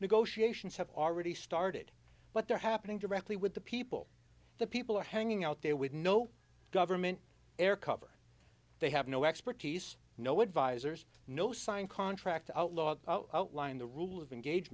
negotiations have already started but they're happening directly with the people the people are hanging out there with no government air cover they have no expertise no advisors no signed contract to outlaw outline the rules of engage